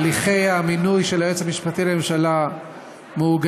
הליכי המינוי של היועץ המשפטי לממשלה מעוגנים